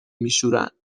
میشورن